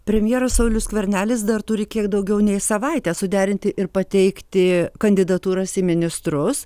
premjeras saulius skvernelis dar turi kiek daugiau nei savaitę suderinti ir pateikti kandidatūras į ministrus